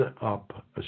up